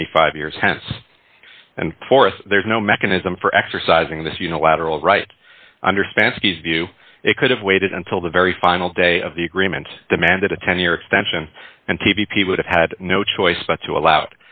twenty five years hence and for us there's no mechanism for exercising this unilateral right under spanky's view it could have waited until the very final day of the agreement demanded a ten year extension and t b p would have had no choice but to allow